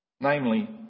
Namely